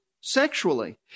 sexually